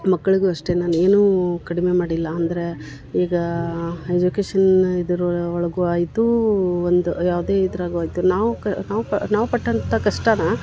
ಮಕ್ಕಳಿಗೂ ಅಷ್ಟೆ ನಾನು ಏನೂ ಕಡಿಮೆ ಮಾಡಿಲ್ಲ ಅಂದ್ರ ಈಗ ಎಜುಕೇಶನ್ ಇದ್ರ ಒಳ ಒಳಗೂ ಆಯಿತು ಒಂದು ಯಾವುದೇ ಇದ್ರಾಗು ಆಯಿತು ನಾವು ಕ ನಾವು ಪ ನಾವು ಪಟ್ಟಂಥ ಕಷ್ಟನ